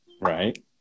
right